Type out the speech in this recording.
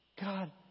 God